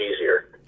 easier